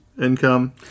income